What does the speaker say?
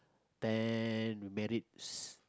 ten merits